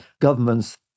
governments